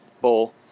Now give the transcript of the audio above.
bowl